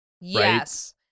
Yes